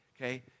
okay